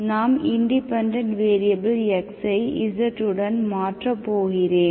நான் independent variable x ஐ z உடன் மாற்றப் போகிறேன்